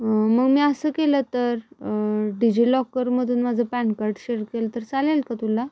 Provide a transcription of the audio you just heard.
मग मी असं केलं तर डिजिलॉकरमधून माझं पॅनकार्ड शेअर केलं तर चालेल का तुला